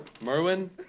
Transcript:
Merwin